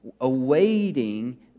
awaiting